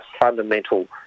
fundamental